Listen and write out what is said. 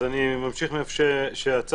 אז אני אמשיך מאיפה שעצרתי.